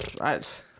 right